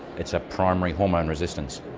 it's a primary hormone resistance.